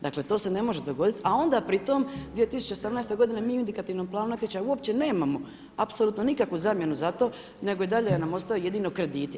Dakle, to se ne može dogoditi, a onda pri tom 2018. godine mi u indikativnom planu natječaja uopće nemamo apsolutno nikakvu zamjenu za to nego i dalje nam ostaju jedino krediti.